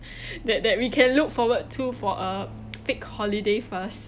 that that we can look forward to for a fake holiday first